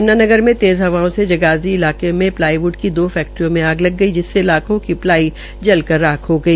यम्नानगर में तेज़ हवाओं से जगाधरी इलाके में प्लाईव्ड की दो फैक्ट्रियों में आग लग गई जिसमें लाखों की प्लाई जलकर राख हो गई